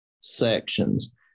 sections